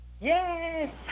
yes